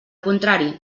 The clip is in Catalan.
contrari